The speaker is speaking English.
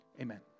Amen